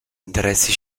interessi